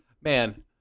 Man